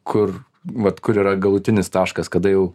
kur vat kur yra galutinis taškas kada jau